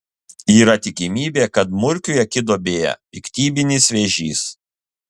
yra tikimybė kad murkiui akiduobėje piktybinis vėžys